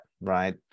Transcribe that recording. right